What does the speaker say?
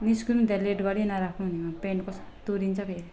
निस्किनु त्यहाँ लेट गरि नराख्नु नि वहाँ पेन्ट कसो तुरिन्छ फेरि